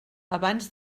abans